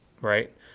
Right